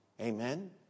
Amen